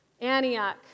Antioch